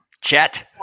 Chet